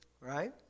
right